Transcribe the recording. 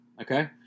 okay